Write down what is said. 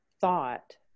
thought